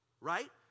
right